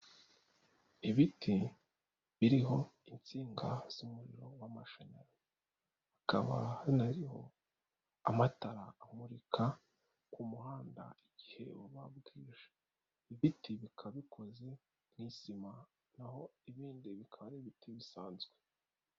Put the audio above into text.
Ibiti biriho insinga z'umuriro w'amashanyarazi hakaba hanariho amatara amurika ku muhanda igihe uba bwije, ibiti bikaba bikoze mu isima naho ibindi bikaba ari ibiti bisanzwe.